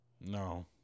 No